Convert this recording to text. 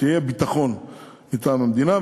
שיהיה ביטחון מטעם המדינה.